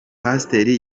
pasiteri